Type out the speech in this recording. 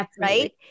right